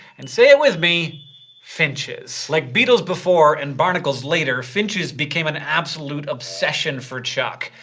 and say it with me finches! like beetles before and barnacles later, finches became an absolute obsession for chuck.